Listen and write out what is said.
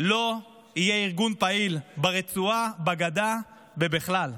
לא יהיה ארגון פעיל ברצועה, בגדה ובכלל.